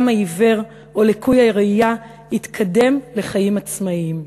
העיוור או לקוי הראייה יתקדם לחיים עצמאיים.